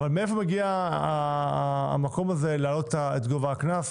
מאיפה מגיע המקום הזה להעלות את גובה הקנס?